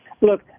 Look